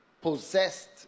possessed